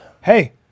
hey